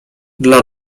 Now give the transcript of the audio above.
dla